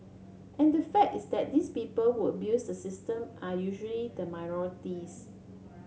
and the fact is that these people who abuse system are usually the minorities